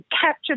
capture